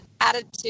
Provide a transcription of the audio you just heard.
attitude